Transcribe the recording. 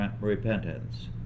repentance